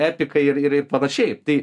epikai ir ir ir panašiai tai